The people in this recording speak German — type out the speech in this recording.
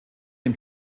dem